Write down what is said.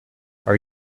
are